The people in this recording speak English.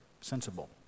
sensible